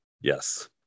Yes